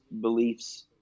beliefs